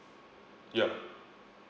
yup